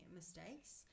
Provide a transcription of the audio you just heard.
mistakes